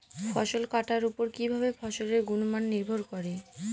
ফসল কাটার উপর কিভাবে ফসলের গুণমান নির্ভর করে?